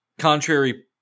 contrary